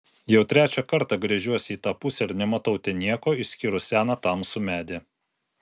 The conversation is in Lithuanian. jau trečią kartą gręžiuosi į tą pusę ir nematau ten nieko išskyrus seną tamsų medį